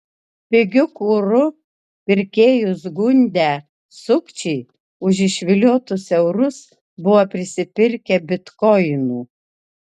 pigiu kuru pirkėjus gundę sukčiai už išviliotus eurus buvo prisipirkę bitkoinų